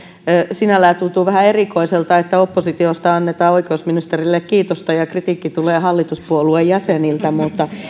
sinällään tuntuu vähän erikoiselta että oppositiosta annetaan oikeusministerille kiitosta ja ja kritiikki tulee hallituspuolueen jäseniltä mutta